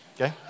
Okay